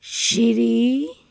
ਸ਼੍ਰੀ